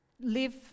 Live